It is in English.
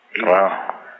Wow